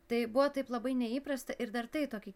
tai buvo taip labai neįprasta ir dar tai tokį